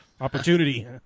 opportunity